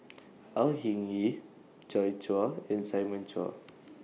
Au Hing Yee Joi Chua and Simon Chua